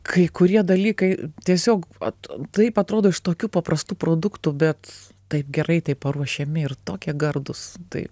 kai kurie dalykai tiesiog vat taip atrodo iš tokių paprastų produktų bet taip gerai tai paruošiami ir tokie gardūs tai